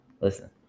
Listen